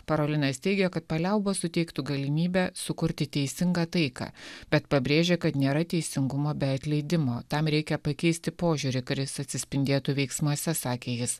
parolinas teigia kad paliaubos suteiktų galimybę sukurti teisingą taiką bet pabrėžė kad nėra teisingumo bei atleidimo tam reikia pakeisti požiūrį kuris atsispindėtų veiksmuose sakė jis